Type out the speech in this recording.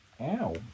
Ow